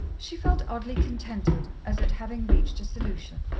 she felt oddly contented, as at having reached a solution.